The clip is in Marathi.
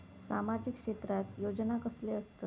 सामाजिक क्षेत्रात योजना कसले असतत?